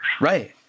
Right